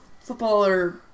footballer